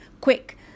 Quick